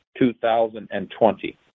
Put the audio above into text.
2020